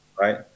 Right